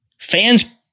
fans